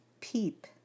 Peep